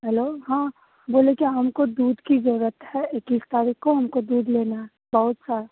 hello हाँ बोले क्या हमको दूध की ज़रूरत है इक्कीस तारीख़ को हमको दूध लेना है बहुत सा